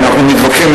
אנחנו מתווכחים,